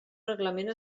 reglament